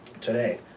today